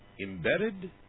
embedded